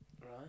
Right